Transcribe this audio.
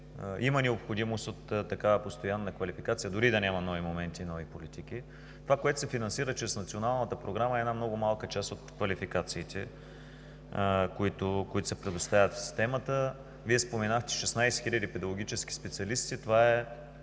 има необходимост от такава постоянна квалификация дори и да няма нови моменти и нови политики. Това, което се финансира чрез Националната програма, е една много малка част от квалификациите, които се предоставят в системата. Вие споменахте 16 хиляди педагогически специалисти – това е